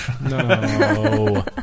No